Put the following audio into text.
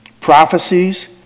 prophecies